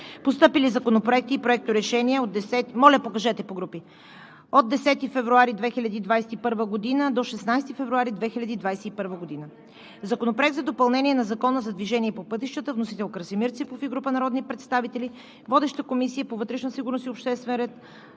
Постъпили законопроекти и проекторешения от 10 февруари 2021 г. до 16 февруари 2021 г.: Законопроект за допълнение на Закона за движение по пътищата. Вносител – Красимир Ципов и група народни представители. Водеща е Комисията по